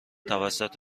توسط